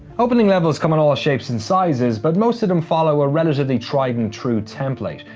opening levels come in all shapes and sizes but most of them follow a relatively tried-and-true template.